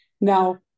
Now